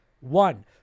one